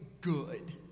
good